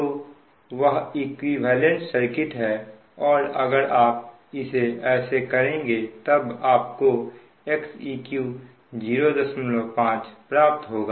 तो वह equivalent circuit है और अगर आप इसे ऐसे करेंगे तब आपको Xeq 05 प्राप्त होगा